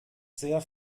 sehr